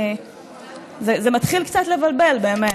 זה מתחיל קצת לבלבל באמת.